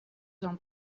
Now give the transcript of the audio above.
son